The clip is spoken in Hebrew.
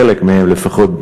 בחלק מהן לפחות,